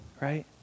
right